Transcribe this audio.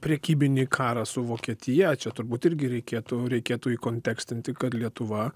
prekybinį karą su vokietija čia turbūt irgi reikėtų reikėtų įkontekstinti kad lietuva